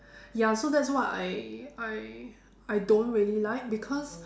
ya so that's what I I I don't really like because